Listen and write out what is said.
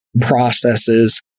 processes